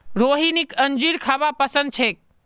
रोहिणीक अंजीर खाबा पसंद छेक